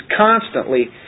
constantly